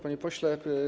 Panie Pośle!